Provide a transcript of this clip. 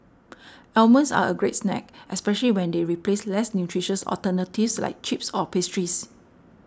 almonds are a great snack especially when they replace less nutritious alternatives like chips or pastries